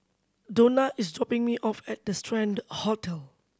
Donna is dropping me off at the Strand Hotel